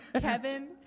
Kevin